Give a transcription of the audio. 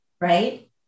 right